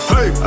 Hey